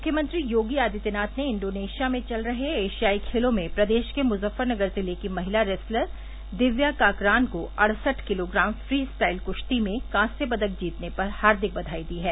मुख्यमंत्री योगी आदित्यनाथ ने इण्डोनिशिया में चल रहे एशियाई खेलों में प्रदेश के मुजफ़फ़रनगर जिले की महिला रेसलर दिव्या काकरान को अड़सठ किलोग्राम फी स्टाइल कुश्ती में कांस्य पदक जीतने पर हार्दिक बघाई दी है